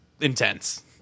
intense